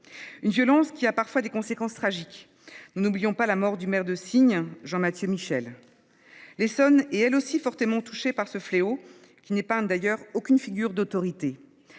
Cette violence a parfois des conséquences tragiques. Nous n’oublions pas la mort du maire de Signes, Jean Mathieu Michel. L’Essonne est, elle aussi, fortement touchée par ce fléau, qui n’épargne d’ailleurs aucune figure d’autorité.